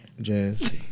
Jazz